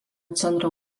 centro